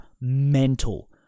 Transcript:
mental